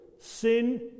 sin